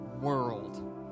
world